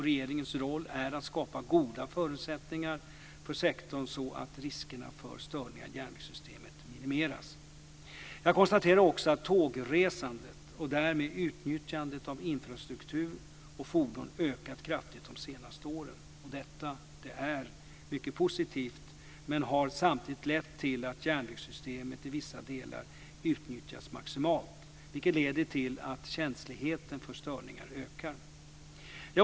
Regeringens roll är att skapa goda förutsättningar för sektorn, så att riskerna för störningar i järnvägssystemet minimeras. Jag konstaterar också att tågresandet och därmed utnyttjandet av infrastruktur och fordon ökat kraftigt de senaste åren. Detta är mycket positivt, men har samtidigt lett till att järnvägssystemet i vissa delar utnyttjas maximalt, vilket leder till att känsligheten för störningar ökar.